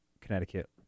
Connecticut